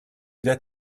that